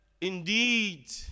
indeed